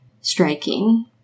striking